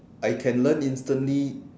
I can learn instantly